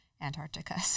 Antarctica